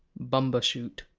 bumbershoot!